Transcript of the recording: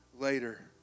later